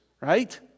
right